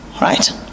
Right